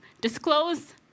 disclose